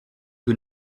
que